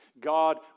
God